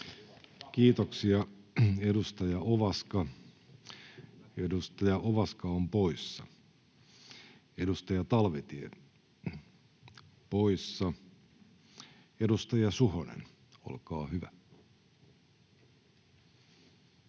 Kiitoksia. — Edustaja Ovaska, poissa. Edustaja Talvitie, poissa. — Edustaja Suhonen, olkaa hyvä.